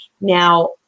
now